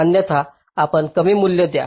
अन्यथा आपण कमी मूल्य द्या